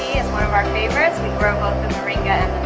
is one of our favorites we broke off and